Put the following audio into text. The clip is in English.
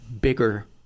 bigger